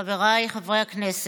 חבריי חברי הכנסת,